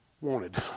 wanted